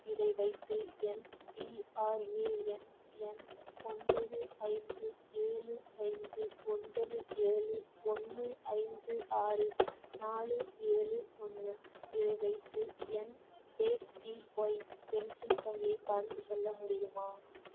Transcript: இதை வைத்து என் பிஆர்ஏஎன் எண் ஒன்பது ஐந்து ஏழு ஐந்து ஒன்பது ஏழு ஒன்று ஐந்து ஆறு நாலு ஏழு ஒன்று இதை வைத்து என் ஏபிஒய் பென்ஷன் தொகையை பார்த்துச் சொல்ல முடியுமா